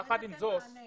יחד עם זאת,